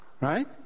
Right